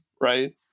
right